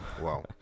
wow